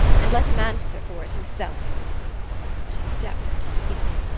and let him answer for it himself what a depth of deceit!